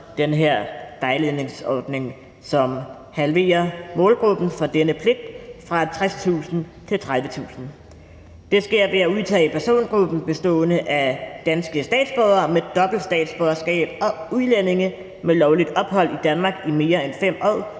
den her vejledningsordning, og som halverer målgruppen for denne pligt fra 60.000 til 30.000. Det sker ved at udtage persongruppen bestående af danske statsborgere med dobbelt statsborgerskab og udlændinge med lovligt ophold i Danmark i mere end 5 år,